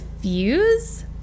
fuse